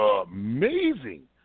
amazing